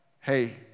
hey